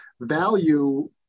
value